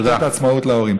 להחזיר את העצמאות להורים.